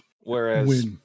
whereas